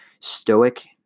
stoic